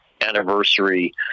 anniversary